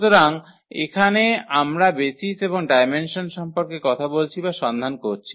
সুতরাং এখানে আমরা বেসিস এবং ডায়মেনসন সম্পর্কে কথা বলছি বা সন্ধান করছি